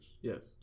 Yes